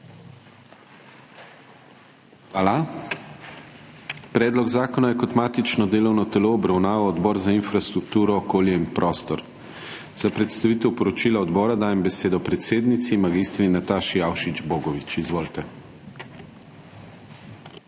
Hvala. Predlog zakona je kot matično delovno telo obravnaval Odbor za infrastrukturo, okolje in prostor. Za predstavitev poročila odbora dajem besedo predsednici mag. Nataši Avšič Bogovič. Izvolite.